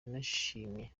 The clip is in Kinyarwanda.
yanashimye